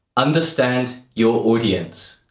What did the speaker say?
understand your audience.